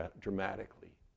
dramatically